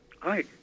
Hi